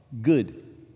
good